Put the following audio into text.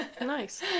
Nice